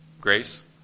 grace